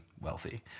wealthy